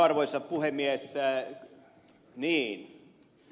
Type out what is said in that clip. arvoisa puhemies